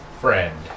friend